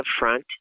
upfront